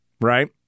right